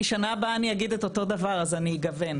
כי שנה הבאה אני אגיד את אותו דבר, אז אני אגוון.